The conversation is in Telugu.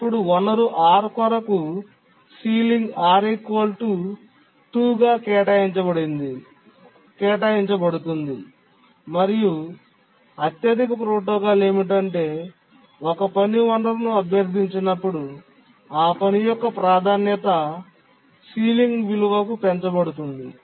అప్పుడు వనరు R కొరకు సీలింగ్ 2 కేటాయించబడుతుంది మరియు అత్యధిక ప్రోటోకాల్ ఏమిటంటే ఒక పని వనరును అభ్యర్థించినప్పుడు ఆ పని యొక్క ప్రాధాన్యత సీలింగ్ విలువకు పెంచబడుతుంది